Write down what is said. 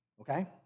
okay